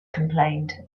complained